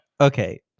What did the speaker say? Okay